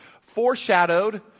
foreshadowed